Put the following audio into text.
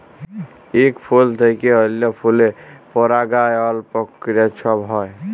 ইক ফুল থ্যাইকে অল্য ফুলে পরাগায়ল পক্রিয়া ছব হ্যয়